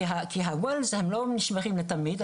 כי ה-ואלס לא נשמרים לתמיד.